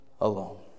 alone